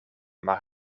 maar